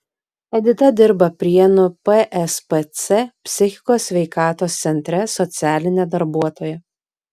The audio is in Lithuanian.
edita dirba prienų pspc psichikos sveikatos centre socialine darbuotoja